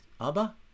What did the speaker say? Abba